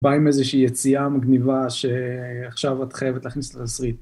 בא עם איזושהי יציאה מגניבה שעכשיו את חייבת להכניס לתסריט.